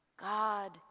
God